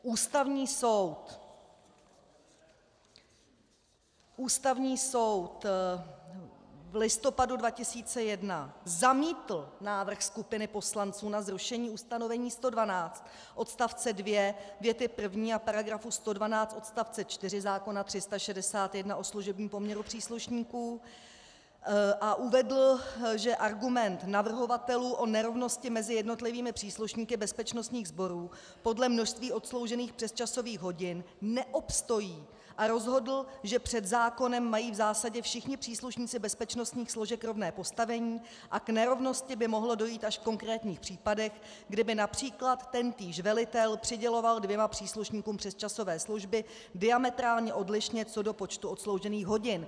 Ústavní soud v listopadu 2001 zamítl návrh skupiny poslanců na zrušení ustanovení 112 odst. 2 věty první a § 112 odst. 4 zákona 361 o služebním poměru příslušníků a uvedl, že argument navrhovatelů o nerovnosti mezi jednotlivými příslušníky bezpečnostních sborů podle množství odsloužených přesčasových hodin neobstojí, a rozhodl, že před zákonem mají v zásadě všichni příslušníci bezpečnostních složek rovné postavení a k nerovnosti by mohlo dojít až v konkrétních případech, kdyby např. tentýž velitel přiděloval dvěma příslušníkům přesčasové služby diametrálně odlišně co do počtu odsloužených hodin.